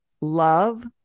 love